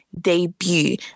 debut